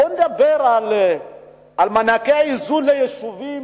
בוא נדבר על מענקי האיזון ליישובים,